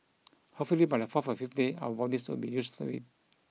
hopefully by the fourth or fifth day our bodies would be used to it